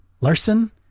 Larson